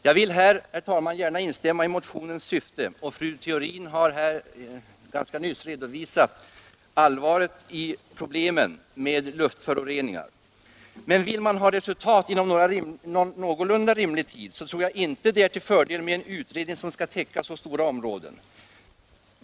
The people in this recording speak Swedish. Jag vill här, herr talman, gärna instämma i motionens syfte. Fru Theorin har ganska nyss redovisat allvaret i problemen med luftföroreningar. Men vill man nå resultat inom någorlunda rimlig tid, tror jag inte det är till fördel med en utredning som skall täcka så stora områden.